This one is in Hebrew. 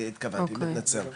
אני מתנצל,